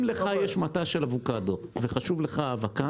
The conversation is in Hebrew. אם לך יש מטע של אבוקדו וחשוב לך ההאבקה